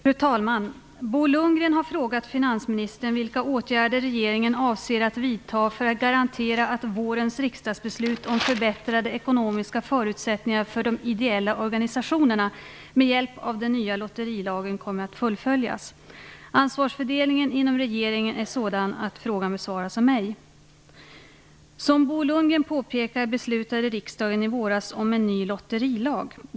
Fru talman! Bo Lundgren har frågat finansministern vilka åtgärder regeringen avser vidta för att garantera att vårens riksdagsbeslut om förbättrade ekonomiska förutsättningar för de ideella organisationerna med hjälp av den nya lotterilagen kommer att fullföljas. Ansvarsfördelningen inom regeringen är sådan att frågan besvaras av mig. Som Bo Lundgren påpekar beslutade riksdagen i våras om en ny lotterilag.